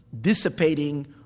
dissipating